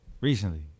Recently